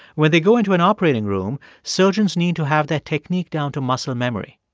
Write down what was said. when they go into an operating room, surgeons need to have their technique down to muscle memory.